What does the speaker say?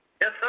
Yes